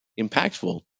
impactful